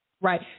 Right